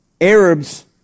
Arabs